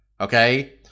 Okay